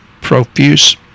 profuse